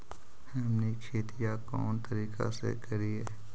हमनी खेतीया कोन तरीका से करीय?